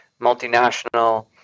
multinational